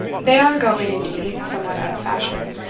they are going, indeed, somewhat out of fashion.